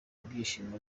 ibyishimo